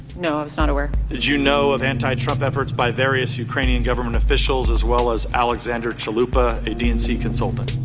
no, i was not aware. did you know of anti-trump efforts by various ukrainian government officials as well as alexandra chalupa, a dnc consultant?